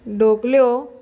डोकल्यो